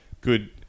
good